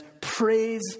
praise